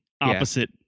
opposite